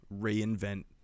reinvent